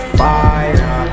fire